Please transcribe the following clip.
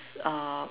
uh